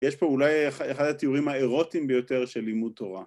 ‫יש פה אולי אחד התיאורים ‫האירוטיים ביותר של לימוד תורה.